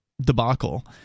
debacle